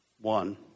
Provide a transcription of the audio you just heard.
One